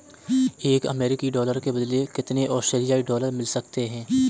एक अमेरिकी डॉलर के बदले कितने ऑस्ट्रेलियाई डॉलर मिल सकते हैं?